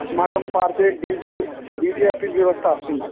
अस्माकं पार्श्वे D J D J अपि व्यवस्था अस्ति